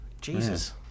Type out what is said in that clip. Jesus